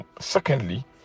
secondly